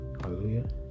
Hallelujah